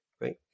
right